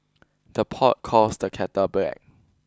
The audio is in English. the pot calls the kettle black